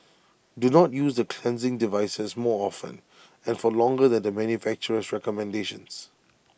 do not use the cleansing devices more often and for longer than the manufacturer's recommendations